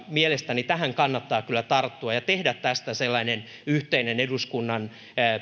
mielestäni tähän kannattaa kyllä tarttua ja tehdä tästä sellainen yhteinen eduskunnan